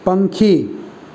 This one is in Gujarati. પંખી